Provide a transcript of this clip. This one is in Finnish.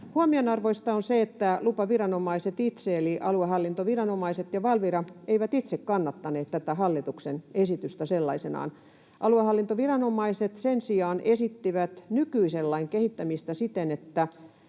Huomionarvoista on se, että lupaviranomaiset itse, eli aluehallintoviranomaiset ja Valvira, eivät itse kannattaneet tätä hallituksen esitystä sellaisenaan. Aluehallintoviranomaiset sen sijaan esittivät nykyisen lain kehittämistä siten, että